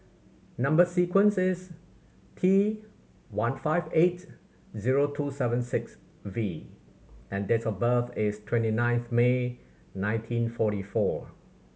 number sequence is T one five eight zero two seven six V and date of birth is twenty ninth May nineteen forty four